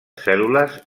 cèl·lules